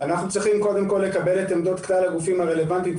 אנחנו צריכים קודם כול לקבל את עמדות כלל הגופים הרלוונטיים,